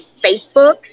Facebook